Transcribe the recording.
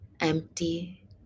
empty